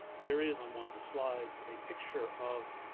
there is on one of the slides a picture of